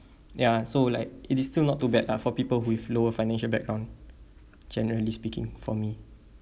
ya so like it is still not too bad lah for people with lower financial background generally speaking for me